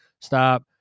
stop